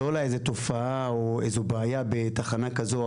לא עולה איזו תופעה או איזו בעיה בתחנה כזו או